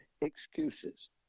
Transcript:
excuses